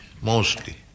Mostly